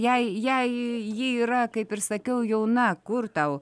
jai jai ji yra kaip ir sakiau jauna kur tau